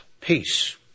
peace